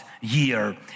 year